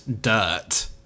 dirt